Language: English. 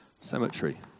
cemetery